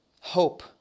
hope